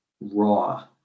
raw